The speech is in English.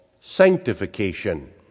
sanctification